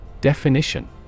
Definition